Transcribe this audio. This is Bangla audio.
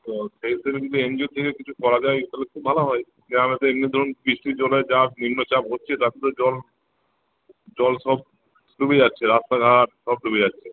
তো সেই হিসেবে যদি এন জি ওর থেকে কিছু করা যায় তালে খুব ভালো হয় গ্রামে তো এমনি ধরুন বৃষ্টির জন্যে যা নিম্নচাপ হচ্ছে তাতে তো জল জল সব জমে যাচ্ছে রাস্তাঘাট সব জমে যাচ্ছে